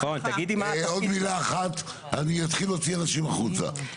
עוד מילה אחת אני אתחיל להוציא אנשים החוצה,